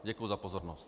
Děkuji za pozornost.